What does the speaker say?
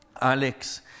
Alex